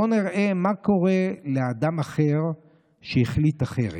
בואו נראה מה קורה לאדם שהחליט אחרת.